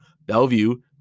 Bellevue